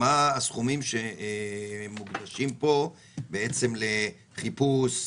מה הסכומים שמגובשים פה בעצם לחיפוש,